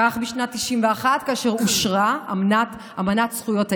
כך בשנת 1991, כאשר אושרה אמנת זכויות הילד,